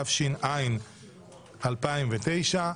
התש"ע-2009.